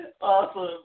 Awesome